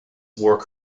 wore